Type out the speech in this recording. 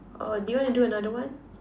oh do you want to do another one